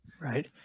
Right